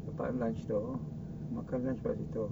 tempat lunch tu makan lunch kat situ